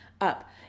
up